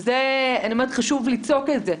חשוב לצעוק את זה,